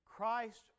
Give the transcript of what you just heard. Christ